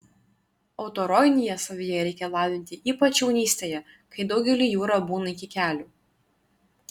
autoironiją savyje reikia lavinti ypač jaunystėje kai daugeliui jūra būna iki kelių